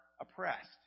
oppressed